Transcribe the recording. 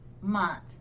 month